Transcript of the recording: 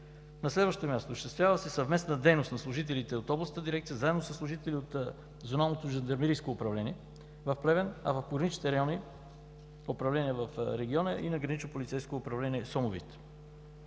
На следващо място, осъществява се съвместна дейност на служителите от Областната дирекция заедно със служители на Зоналното жандармерийско управление Плевен, а в пограничните районни управления в региона и с Гранично полицейско управление – Сомовит.